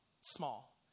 small